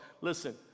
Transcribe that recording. Listen